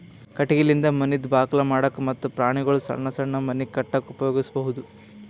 ಕಟಗಿಲಿಂದ ಮನಿದ್ ಬಾಕಲ್ ಮಾಡಕ್ಕ ಮತ್ತ್ ಪ್ರಾಣಿಗೊಳ್ದು ಸಣ್ಣ್ ಸಣ್ಣ್ ಮನಿ ಕಟ್ಟಕ್ಕ್ ಉಪಯೋಗಿಸಬಹುದು